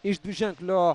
iš dviženklio